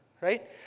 right